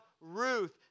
Ruth